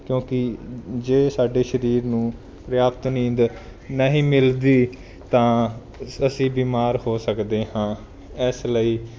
ਕਿਉਂਕਿ ਜੇ ਸਾਡੇ ਸਰੀਰ ਨੂੰ ਪ੍ਰਿਆਪਤ ਨੀਂਦ ਨਹੀਂ ਮਿਲਦੀ ਤਾਂ ਅਸੀਂ ਬਿਮਾਰ ਹੋ ਸਕਦੇ ਹਾਂ ਇਸ ਲਈ